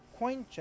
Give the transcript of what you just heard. Coincheck